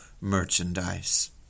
merchandise